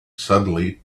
suddenly